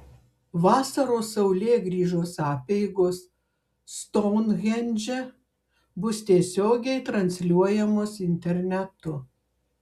vasaros saulėgrįžos apeigos stounhendže bus tiesiogiai transliuojamos internetu